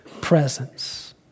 presence